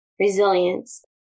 resilience